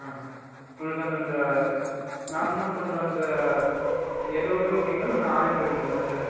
ஆ உங்களுக்கு அந்த அந்த நார்மலாக பண்ணுற அந்த எல்லோவே ஓகேங்களா இல்லை ஆரஞ்சு வேணுங்களா லட்டில்